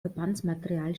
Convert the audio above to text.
verbandsmaterial